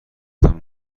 گفتم